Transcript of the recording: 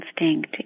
instinct